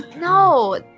No